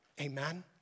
Amen